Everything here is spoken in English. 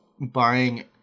buying